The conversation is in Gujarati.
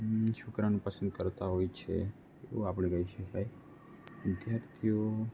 છોકરાને પસંદ કરતાં હોય છે એવું આપણે કહી શકાય વિદ્યાર્થીઓ